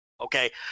Okay